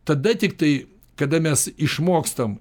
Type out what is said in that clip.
tada tiktai kada mes išmokstam